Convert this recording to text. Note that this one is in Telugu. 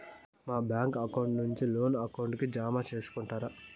మా బ్యాంకు అకౌంట్ నుండి లోను అకౌంట్ కి జామ సేసుకుంటారా?